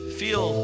feel